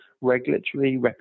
regulatory